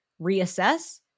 reassess